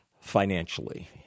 financially